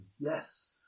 yes